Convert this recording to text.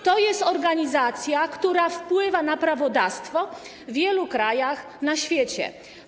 To jest organizacja, która wpływa na prawodawstwo w wielu krajach na świecie.